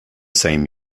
same